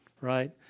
Right